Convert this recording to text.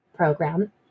program